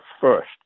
FIRST